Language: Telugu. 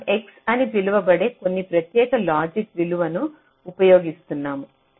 మనం x అని పిలువబడే కొన్ని ప్రత్యేక లాజిక్ విలువను ఉపయోగిస్తున్నాము